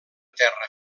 terra